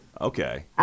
Okay